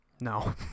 no